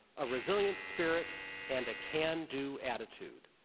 a resilient spirit and a can-do attitude.